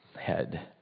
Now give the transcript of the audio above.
head